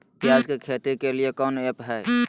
प्याज के खेती के लिए कौन ऐप हाय?